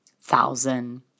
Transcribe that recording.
thousand